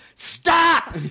Stop